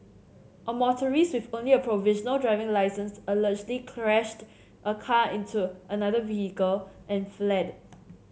a motorist with only a provisional driving licence allegedly crashed a car into another vehicle and fled